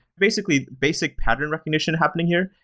basically, basic pattern recognition happening here,